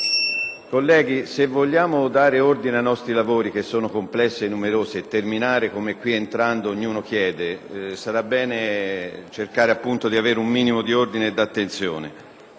Colleghi, se vogliamo dare ordine ai nostri lavori, che sono complessi e numerosi, e terminare, come entrando ognuno chiede, sarà bene cercare di prestare un minimo di attenzione.